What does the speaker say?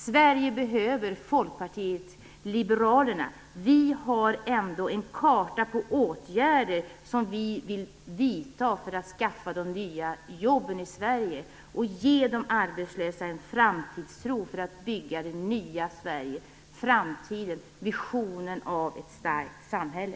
Sverige behöver Folkpartiet liberalerna. Vi har en karta på åtgärder som vi vill vidta för att skaffa de nya jobben i Sverige och ge de arbetslösa en framtidstro för att bygga det nya Sverige. Det handlar om framtiden och visionen om ett starkt samhälle.